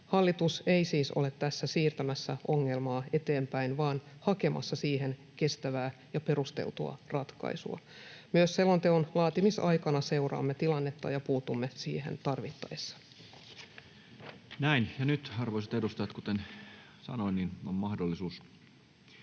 Hallitus ei siis ole tässä siirtämässä ongelmaa eteenpäin, vaan hakemassa siihen kestävää ja perusteltua ratkaisua. Myös selonteon laatimisaikana seuraamme tilannetta ja puutumme siihen tarvittaessa. [Speech 122] Speaker: Toinen varapuhemies